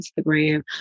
Instagram